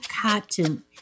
cotton